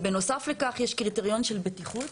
בנוסף לכך יש קריטריון של בטיחות